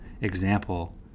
example